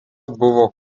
buvo